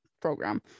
program